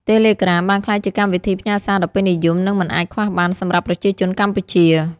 តេឡេក្រាមបានក្លាយជាកម្មវិធីផ្ញើសារដ៏ពេញនិយម និងមិនអាចខ្វះបានសម្រាប់ប្រជាជនកម្ពុជា។